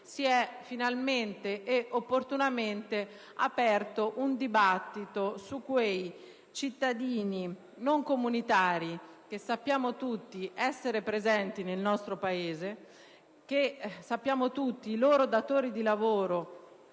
si è finalmente ed opportunamente aperto un dibattito sui cittadini non comunitari, che sappiamo tutti essere presenti nel nostro Paese, per i quali - come tutti sappiamo - i loro datori di lavoro